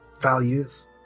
values